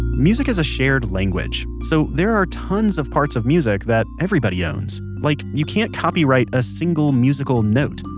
music is a shared language. so there are tons of parts of music that everybody owns like, you can't copyright a single musical note.